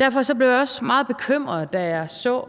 Derfor blev jeg også meget bekymret, da jeg så